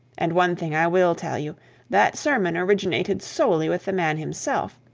and one thing i will tell you that sermon originated solely with the man himself.